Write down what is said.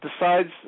decides